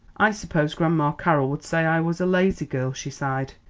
i suppose grandma carroll would say i was a lazy girl, she sighed.